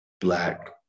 black